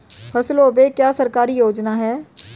फसलों पे क्या सरकारी योजना है?